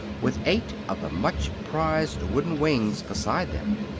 with eight of the much prized wooden wings beside them.